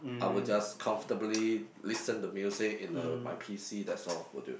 I would just comfortably listen to music in the my P_C that's all will do